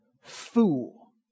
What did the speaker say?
fool